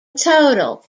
total